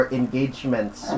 engagements